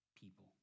people